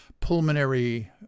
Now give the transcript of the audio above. pulmonary